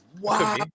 Wow